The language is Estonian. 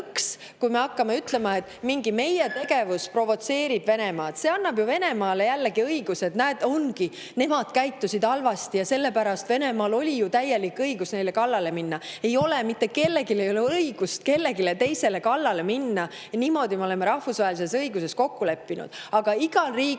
kui me hakkame ütlema, et mingi meie tegevus provotseerib Venemaad. See annab ju Venemaale jällegi õiguse. "Näed, ongi, nemad käitusid halvasti ja sellepärast Venemaal oli ju täielik õigus neile kallale minna." Ei ole! Mitte kellelgi ei ole õigust kellelegi teisele kallale minna. Niimoodi me oleme rahvusvahelises õiguses kokku leppinud. Aga igal riigil